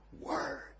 word